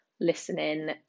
listening